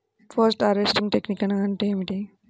Post harvesting technique అంటే ఏమిటీ?